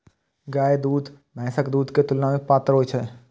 गायक दूध भैंसक दूध के तुलना मे पातर होइ छै